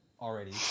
already